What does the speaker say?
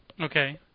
Okay